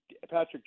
Patrick